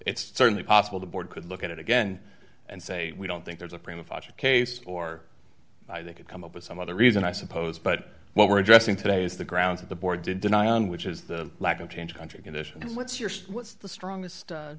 it's certainly possible the board could look at it again and say we don't think there's a prima fascia case or they could come up with some other reason i suppose but what we're addressing today is the grounds of the board to deny and which is the lack of change country conditions what's your what's the strongest